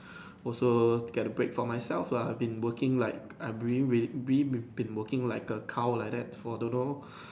also get a break for myself lah I have been working like I have really really have been working like a cow like that for don't know